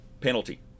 penalty